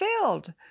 filled